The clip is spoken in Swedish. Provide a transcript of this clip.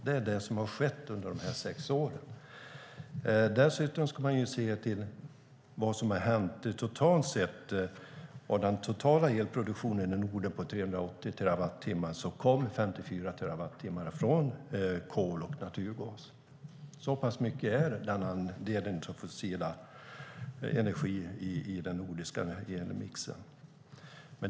Det är vad som har skett under de här sex åren. Dessutom ska man se till vad som har hänt totalt sett. Av den totala elproduktionen i Norden på 380 terawattimmar kom 54 terawattimmar från kol och naturgas. Så pass stor är den andelen fossil energi i den nordiska elmixen.